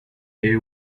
they